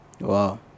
Wow